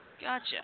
Gotcha